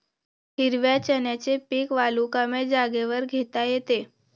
हिरव्या चण्याचे पीक वालुकामय जागेवर घेता येते